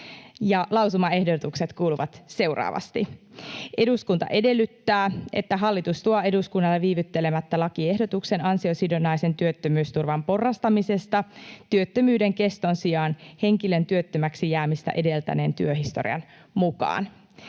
lausumaehdotukset kuuluvat seuraavasti: ”Eduskunta edellyttää, että hallitus tuo eduskunnalle viivyttelemättä lakiehdotuksen ansiosidonnaisen työttömyysturvan porrastamisesta työttömyyden keston sijaan henkilön työttömäksi jäämistä edeltäneen työhistorian mukaan.”